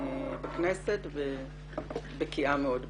בכנסת ובקיאה מאוד בתחום.